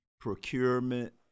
Procurement